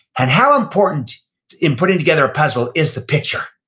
and how important in putting together a puzzle is the picture?